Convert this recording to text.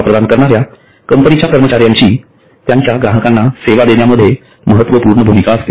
सेवा प्रदान करणार्या कंपनीच्या कर्मचार्यांची त्यांच्या ग्राहकांना सेवा देण्यामध्ये महत्त्वपूर्ण भूमिका असते